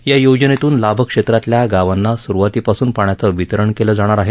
या योजनेतून लाभक्षेत्रातल्या गावांना सुरुवातीपासून पाण्याचं वितरण केलं जाणार आहे